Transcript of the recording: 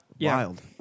wild